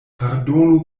pardonu